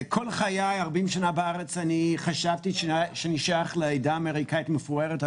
כלומר, צריך פי עשרה אנשים לאותו ייצוג.